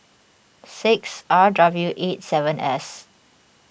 six R W eight seven S